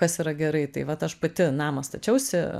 kas yra gerai tai vat aš pati namą stačiausi